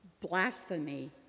blasphemy